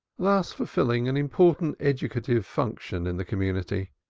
thus fulfilling an important educative function in the community.